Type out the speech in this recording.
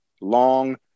long